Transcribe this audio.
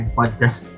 podcast